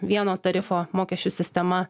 vieno tarifo mokesčių sistema